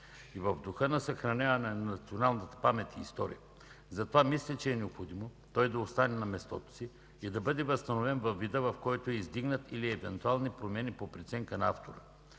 и в духа на съхраняване на националната ни памет и история. Затова мисля, че е необходимо той да остане на мястото си и да бъде възстановен във вида, в който е издигнат или с евентуални промени по преценка на автора.